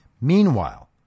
Meanwhile